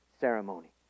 ceremony